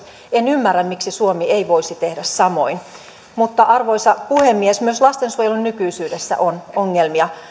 en ymmärrä miksi suomi ei voisi tehdä samoin arvoisa puhemies myös lastensuojelun nykyisyydessä on ongelmia